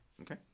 Okay